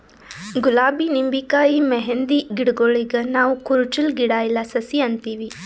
ಗುಲಾಬಿ ನಿಂಬಿಕಾಯಿ ಮೆಹಂದಿ ಗಿಡಗೂಳಿಗ್ ನಾವ್ ಕುರುಚಲ್ ಗಿಡಾ ಇಲ್ಲಾ ಸಸಿ ಅಂತೀವಿ